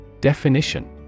Definition